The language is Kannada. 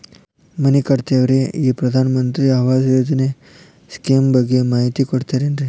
ಮನಿ ಕಟ್ಟಕತೇವಿ ರಿ ಈ ಪ್ರಧಾನ ಮಂತ್ರಿ ಆವಾಸ್ ಯೋಜನೆ ಸ್ಕೇಮ್ ಬಗ್ಗೆ ಮಾಹಿತಿ ಕೊಡ್ತೇರೆನ್ರಿ?